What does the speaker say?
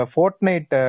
Fortnite